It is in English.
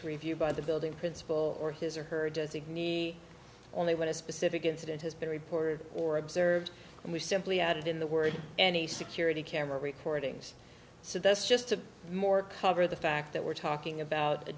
review by the building principal or his or her designee only when a specific incident has been reported or observed and we simply added in the word any security camera recordings so that's just a more cover the fact that we're talking about a